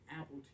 Apple